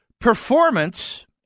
performance